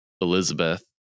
Elizabeth